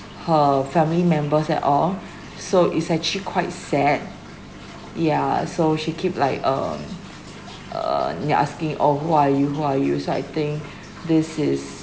her family members at all so it's actually quite sad ya so she keep like um uh ya asking oh who are you who are you so I think this is